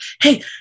hey